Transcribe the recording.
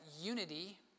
unity